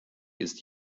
ist